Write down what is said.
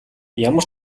ямар